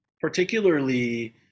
Particularly